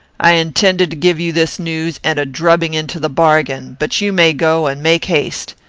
i intended to give you this news, and a drubbing into the bargain but you may go, and make haste.